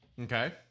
Okay